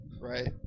right